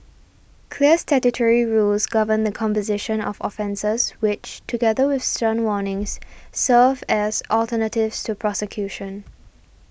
clear statutory rules govern the composition of offences which together with stern warnings serve as alternatives to prosecution